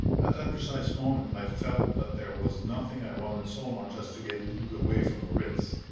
at that precise moment i felt that there was nothing i wanted so much as to get eve away from the ritz,